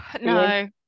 No